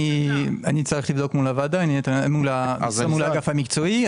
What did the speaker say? אני אצטרך לבדוק מול האגף המקצועי.